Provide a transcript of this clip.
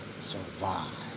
survive